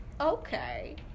okay